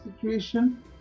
situation